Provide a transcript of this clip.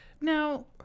Now